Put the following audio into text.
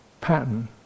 pattern